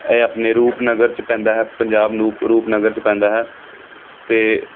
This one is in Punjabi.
ਇਹ ਆਪਣੇ ਰੂਪਨਗਰ 'ਚ ਪੈਂਦਾ ਹੈ ਪੰਜਾਬ ਨੂਪ ਰੂਪਨਗਰ 'ਚ ਪੈਂਦਾ ਹੈ ਅਤੇ